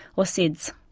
or sids.